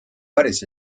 päris